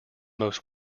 most